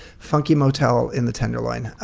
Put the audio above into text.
funky motel in the tenderloin.